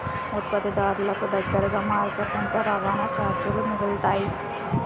ఉత్పత్తిదారులకు దగ్గరగా మార్కెట్ ఉంటే రవాణా చార్జీలు మిగులుతాయి